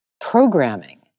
programming